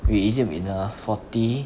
wait is it enough forty